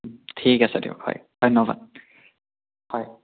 ঠিক আছে দিয়ক ধন্যবাদ হয়